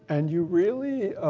and you really